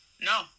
No